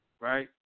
Right